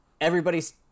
everybody's